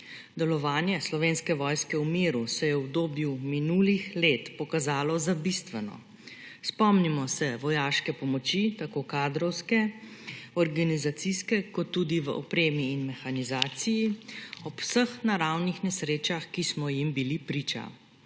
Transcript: Delovanje Slovenske vojske v miru se je v obdobju minulih let pokazalo za bistveno. Spomnimo se vojaške pomoči, tako kadrovske, organizacijske kot tudi v opremi in mehanizaciji, ob vseh naravnih nesrečah, ki smo jim bili priča.